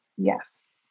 yes